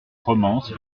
romance